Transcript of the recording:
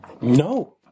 no